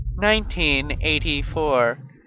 1984